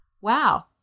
Wow